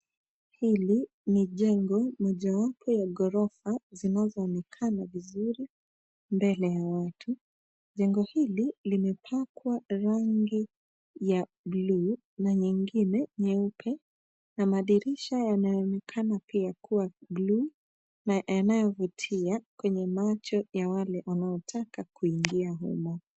Hili ni jengo mojawapo ya gorofa zinazoonekana vizuri mbele ya watu. Jengo hili limepakwa rangi ya buluu na nyingine nyeupe. Na madirisha pia yanaonekana pia kuwa buluu na yanayovutia kwenye macho ya wale wanaotaka kuingia humo.